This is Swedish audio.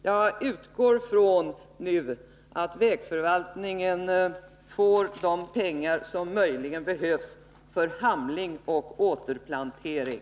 Jag utgår från att vägförvaltningen nu får de pengar som möjligen behövs för hamling av träden och återplantering.